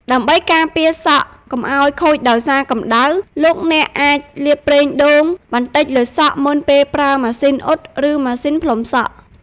ដើម្បីការពារសក់កុំឱ្យខូចដោយសារកម្ដៅ លោកអ្នកអាចលាបប្រេងដូងបន្តិចលើសក់ មុនពេលប្រើ ម៉ាស៊ីនអ៊ុត ឬ ម៉ាស៊ីនផ្លុំសក់។